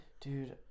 Dude